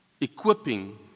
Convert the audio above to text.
equipping